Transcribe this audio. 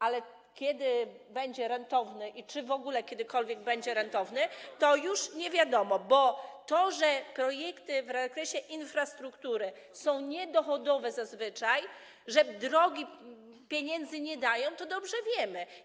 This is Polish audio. Ale kiedy będzie rentowny i czy w ogóle kiedykolwiek będzie rentowny, to już nie wiadomo, a że projekty w zakresie infrastruktury są zazwyczaj niedochodowe, że drogi pieniędzy nie dają, to dobrze wiemy.